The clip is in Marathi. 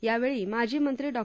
यावेळी माजी मंत्री डॉ